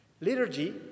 Liturgy